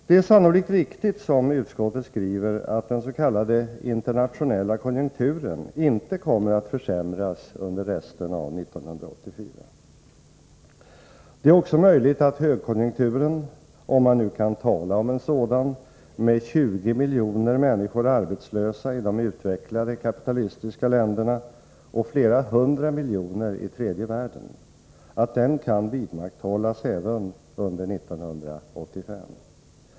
Det är sannolikt riktigt som utskottet skriver, att den s.k. internationella konjunkturen inte kommer att försämras under resten av 1984. Det är också möjligt att högkonjunkturen — om man nu kan tala om en sådan med 20 miljoner människor arbetslösa i de utvecklade kapitalistiska länderna och flera hundra miljoner i tredje världen — kan vidmakthållas även under 1985.